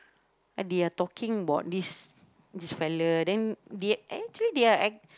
and they are talking bout this this fella then they actually they are ac~